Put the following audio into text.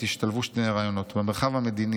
עת ישתלבו שני רעיונות: במרחב המדיני,